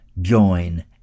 join